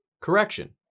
correction